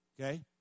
okay